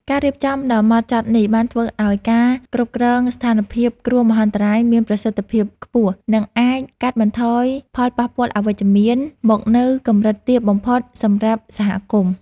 ការរៀបចំដ៏ហ្មត់ចត់នេះ បានធ្វើឱ្យការគ្រប់គ្រងស្ថានភាពគ្រោះមហន្តរាយមានប្រសិទ្ធភាពខ្ពស់ និងអាចកាត់បន្ថយផលប៉ះពាល់អវិជ្ជមានមកនៅកម្រិតទាបបំផុតសម្រាប់សហគមន៍។